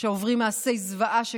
שעוברים מעשי זוועה שכאלה.